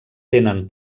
tenen